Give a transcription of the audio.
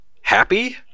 happy